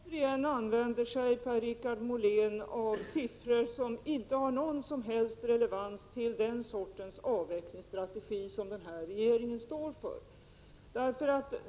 Herr talman! Återigen använder sig Per-Richard Molén av siffror som inte har någon som helst relevans i fråga om den sortens avvecklingsstrategi som regeringen står för.